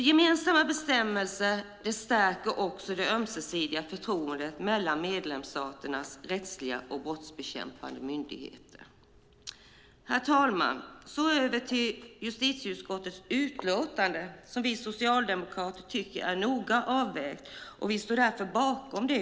Gemensamma bestämmelser stärker också det ömsesidiga förtroendet mellan medlemsstaternas rättsliga och brottsbekämpande myndigheter. Herr talman! Låt mig så gå över till justitieutskottets utlåtande, som vi socialdemokrater tycker är noga avvägt. Vi står därför bakom det.